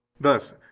Thus